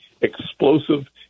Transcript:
explosive